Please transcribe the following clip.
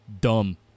dumb